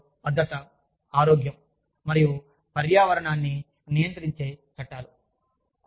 కార్యాలయంలో భద్రత ఆరోగ్యం మరియు పర్యావరణాన్ని నియంత్రించే చట్టాలు